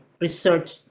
Research